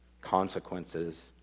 consequences